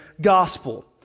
gospel